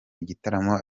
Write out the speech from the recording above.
igitaramo